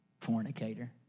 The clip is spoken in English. fornicator